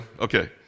okay